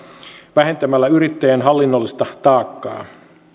vähentämällä yrittäjien hallinnollista taakkaa